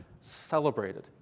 celebrated